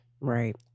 right